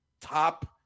top